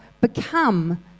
become